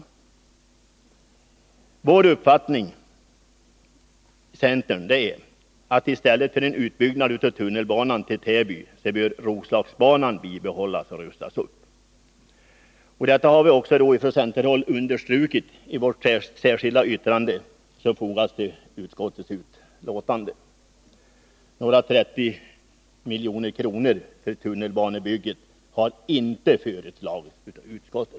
Centerns uppfattning är att i stället för en utbyggnad av tunnelbanan till Täby bör Roslagsbanan bibehållas och rustas upp. Detta har vi från centerhåll understrukit i vårt särskilda yttrande som fogats till utskottets betänkande. Några 30 milj.kr. för tunnelbanebygge har inte föreslagits av utskottet.